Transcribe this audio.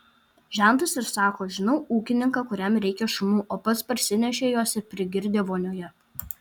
žentas ir sako žinau ūkininką kuriam reikia šunų o pats parsinešė juos ir prigirdė vonioje